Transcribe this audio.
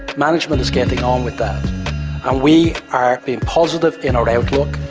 management is getting on with that and we are being positive in our outlook,